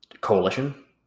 coalition